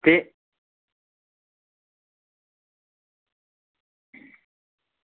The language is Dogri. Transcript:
ते